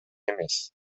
эмес